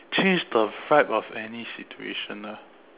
change the fact of any situation ah